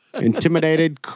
Intimidated